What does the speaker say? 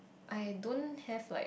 I don't have like